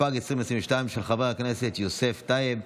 התשפ"ג 2022, של חבר הכנסת יוסף טייב,